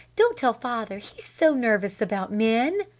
don't tell father he's so nervous about men!